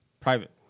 private